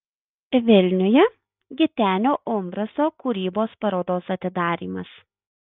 vilniuje gitenio umbraso kūrybos parodos atidarymas